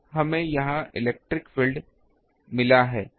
तो हमें यह इलेक्ट्रिक फील्ड मिला है